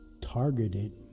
targeted